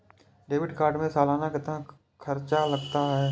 Debit card में सालाना कितना खर्च लगता है?